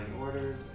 orders